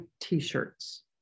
t-shirts